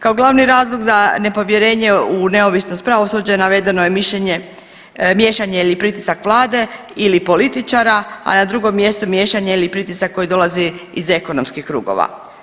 Kao glavni razlog za nepovjerenje u neovisnost pravosuđa navedeno je mišljenje, miješanje ili pritisak Vlade ili političara, a na drugom mjestu miješanje ili pritisak koji dolaze iz ekonomskih krugova.